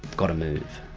got to move